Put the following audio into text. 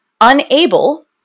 unable